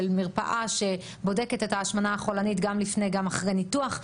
של מרפאה שבודקת \את ההשמנה החולנית גם לפני וגם אחרי ניתוח.